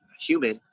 human